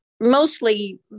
mostly